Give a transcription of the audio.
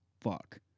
Fuck